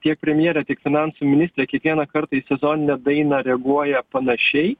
tiek premjerė tiek finansų ministrė kiekvieną kartą ir sezoninę dainą reaguoja panašiai